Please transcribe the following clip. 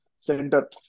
center